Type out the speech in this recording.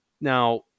Now